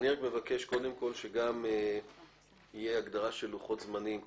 מבקש שתהיה הגדרה של לוחות זמנים.